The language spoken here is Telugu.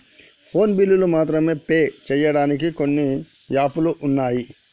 ఫోను బిల్లులు మాత్రమే పే చెయ్యడానికి కొన్ని యాపులు వున్నయ్